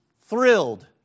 thrilled